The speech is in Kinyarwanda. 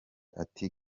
ati